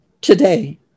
Today